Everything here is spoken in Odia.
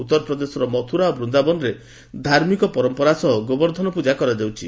ଉତ୍ତର ପ୍ରଦେଶର ମଥୁରା ଏବଂ ବୂନ୍ଦାବନରେ ଧାର୍ମିକ ପରମ୍ପରା ସହ ଗୋବର୍ଦ୍ଧନ ପ୍ରଜା କରାଯାଉଛି